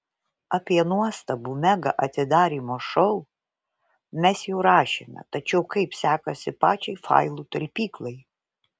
apie nuostabų mega atidarymo šou mes jau rašėme tačiau kaip sekasi pačiai failų talpyklai